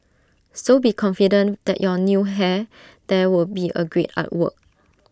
so be confident that your new hair there would be A great artwork